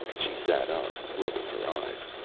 she sat up, rubbing her eyes.